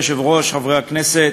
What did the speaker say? אדוני היושב-ראש, חברי הכנסת,